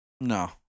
No